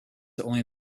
only